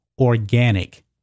organic